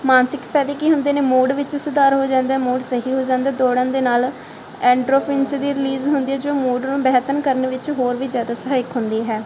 ਮਾਨਸਿਕ ਫਾਇਦੇ ਕੀ ਹੁੰਦੇ ਨੇ ਮੂਡ ਵਿੱਚ ਸੁਧਾਰ ਹੋ ਜਾਂਦਾ ਮੂਡ ਸਹੀ ਹੋ ਜਾਂਦਾ ਦੌੜਨ ਦੇ ਨਾਲ ਐਂਟਰੋਫੈਂਸ ਦੀ ਜੋ ਮੂਡ ਨੂੰ ਬਿਹਤਰ ਕਰਨ ਵਿੱਚ ਹੋਰ ਵੀ ਜ਼ਿਆਦਾ ਸਹਾਇਕ ਹੁੰਦੀ ਹੈ